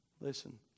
listen